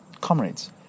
comrades